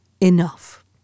enough